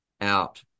out